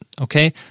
Okay